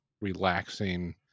relaxing